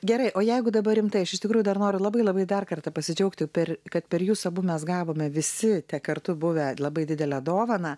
gerai o jeigu dabar rimtai aš iš tikrųjų dar noriu labai labai dar kartą pasidžiaugti per kad per jus abu mes gavome visi kartu buvę labai didelę dovaną